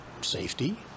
safety